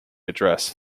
addressed